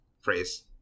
phrase